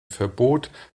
verbot